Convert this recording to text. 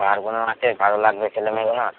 পাহাড়গুলো আছে ভালো লাগবে ছেলেমেয়েগুলার